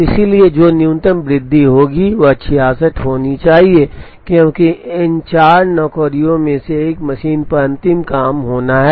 इसलिए जो न्यूनतम वृद्धि होगी वह 66 होनी चाहिए क्योंकि इन चार नौकरियों में से एक मशीन पर अंतिम काम होना है